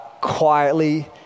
quietly